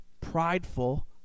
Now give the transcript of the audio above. prideful